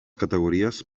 categories